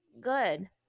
Good